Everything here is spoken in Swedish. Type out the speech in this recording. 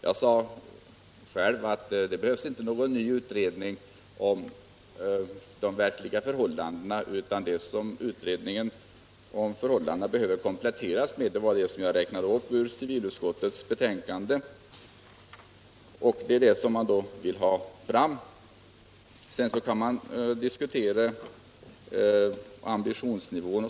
Jag sade själv att det inte behövs någon ny utredning om de verkliga förhållandena, utan vad utredningen behöver kompletteras med är det jag läste upp ur civilutskottets betänkande. Det är det man vill ha fram. Sedan kan man diskutera ambitionsnivån.